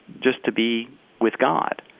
just to be with god.